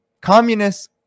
communists